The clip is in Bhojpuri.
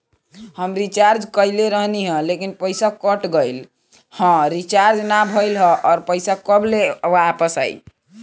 हम रीचार्ज कईले रहनी ह लेकिन पईसा कट गएल ह रीचार्ज ना भइल ह और पईसा कब ले आईवापस?